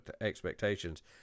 expectations